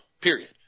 period